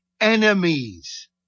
enemies